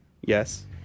Yes